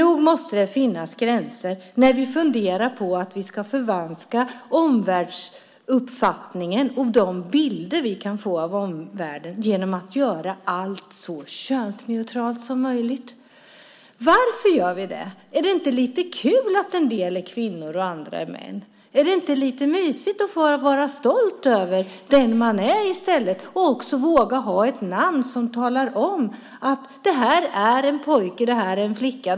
Nog måste det finnas gränser när vi funderar på att vi ska förvanska omvärldsuppfattningen och de bilder vi kan få av omvärlden genom att göra allt så könsneutralt som möjligt. Varför gör vi det? Är det inte lite kul att en del är kvinnor och andra är män? Är det inte lite mysigt att i stället vara stolt över den man är och också våga ha ett namn som talar om att "det här är en pojke. Det här är en flicka.